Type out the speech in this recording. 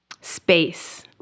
space